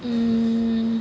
mm